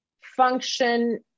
function